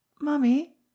Mummy